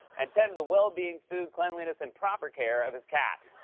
and tend to the well-being, food, cleanliness, and proper care of his cat.